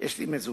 יש לי "מזומן".